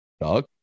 dog